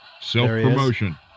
self-promotion